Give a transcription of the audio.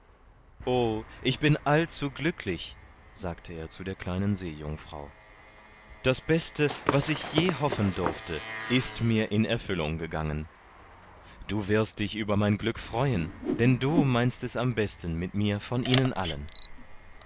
o ich bin allzuglücklich sagte er zur kleinen seejungfrau das beste was ich je hoffen durfte ist mir in erfüllung gegangen du wirst dich über mein glück freuen denn du meinst es am besten mit mir von ihnen allen